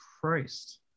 Christ